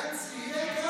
שמית,